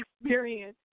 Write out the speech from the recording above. experience